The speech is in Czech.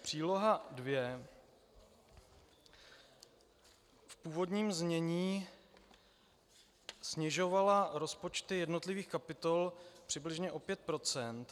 Příloha dvě v původním znění snižovala rozpočty jednotlivých kapitol přibližně o 5 %.